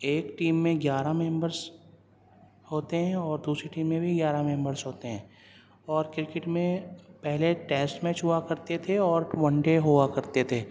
ایک ٹیم میں گیارہ ممبرس ہوتے ہیں اور دوسری ٹیم میں بھی گیارہ ممبرس ہوتے ہیں اور کرکٹ میں پہلے ٹیسٹ میچ ہوا کرتے تھے اور ون ڈے ہوا کرتے تھے